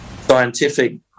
scientific